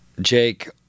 Jake